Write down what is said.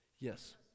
Yes